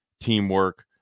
teamwork